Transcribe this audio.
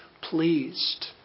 pleased